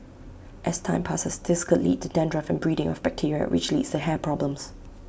as time passes this could lead to dandruff and breeding of bacteria which leads to hair problems